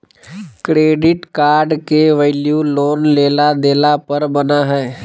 credit card के value loan लेला देला पर बना हइ